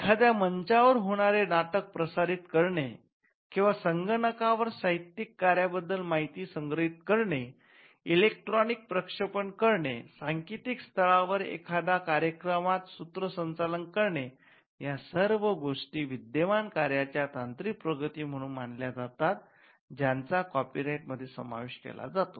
एखाद्या मंचावर होणारे नाटक प्रसारित करणे किंवा संगणकावर साहित्यिक कार्याबद्दल माहिती संग्रहित करणे इलेक्ट्रॉनिक प्रक्षेपण करणेसांकेतिक स्थळावर एखाद्या कार्यक्रमात सूत्र संचालन करणे या सर्व गोष्टी विद्यमान कार्याच्या तांत्रिक प्रगती म्हणून मानल्या जातात ज्यांचा कॉपीराइटमध्ये समावेश केला जातो